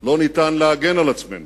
לא ניתן להגן על עצמנו,